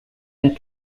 and